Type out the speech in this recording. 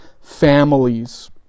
families